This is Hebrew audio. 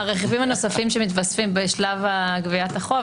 הרכיבים הנוספים שמתווספים בשלב גביית החוב,